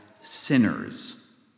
sinners